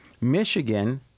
Michigan